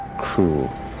cruel